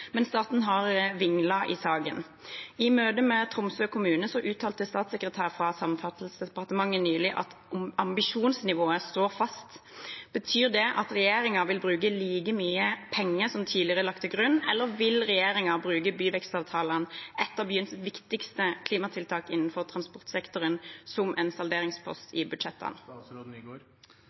men staten har vinglet i saken. I møte med Tromsø kommune uttalte statssekretær fra Samferdselsdepartementet nylig at ambisjonsnivået står fast. Betyr det at regjeringen vil bruke like mye penger som tidligere lagt til grunn, eller vil regjeringen bruke byvekstavtalene, et av byenes viktigste klimatiltak innenfor transportsektoren, som en salderingspost i budsjettene?